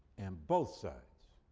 and both sides,